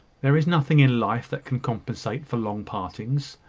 there is nothing in life that can compensate for long partings.